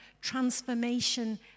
transformation